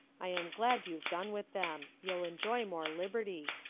i'm glad you've done with them. you'll enjoy more liberty,